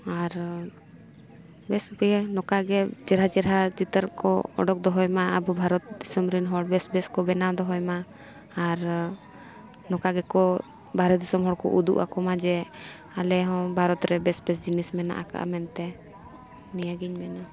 ᱟᱨ ᱵᱮᱥ ᱜᱮ ᱱᱚᱝᱠᱟ ᱜᱮ ᱪᱮᱨᱦᱟ ᱪᱮᱨᱦᱟ ᱪᱤᱛᱟᱹᱨ ᱠᱚ ᱚᱰᱚᱠ ᱫᱚᱦᱚᱭ ᱢᱟ ᱟᱵᱚ ᱵᱷᱟᱨᱚᱛ ᱫᱤᱥᱚᱢ ᱨᱮᱱ ᱦᱚᱲ ᱵᱮᱥ ᱵᱮᱥ ᱠᱚ ᱵᱮᱱᱟᱣ ᱫᱚᱦᱚᱭ ᱢᱟ ᱟᱨ ᱱᱚᱝᱠᱟ ᱜᱮᱠᱚ ᱵᱟᱨᱦᱮ ᱫᱤᱥᱚᱢ ᱦᱚᱲ ᱠᱚ ᱩᱫᱩᱜ ᱟᱠᱚ ᱢᱟ ᱡᱮ ᱟᱞᱮ ᱦᱚᱸ ᱵᱷᱟᱨᱚᱛ ᱨᱮ ᱵᱮᱥ ᱵᱮᱥ ᱡᱤᱱᱤᱥ ᱢᱮᱱᱟᱜ ᱟᱠᱟᱫᱼᱟ ᱢᱮᱱᱛᱮ ᱱᱤᱭᱟᱹᱜᱤᱧ ᱢᱮᱱᱟ